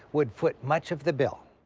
would foot much of the bill.